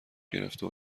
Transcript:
گرفته